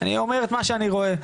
אני אומר את מה שאני רואה.